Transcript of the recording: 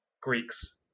Greeks